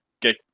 get